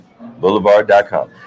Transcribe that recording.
boulevard.com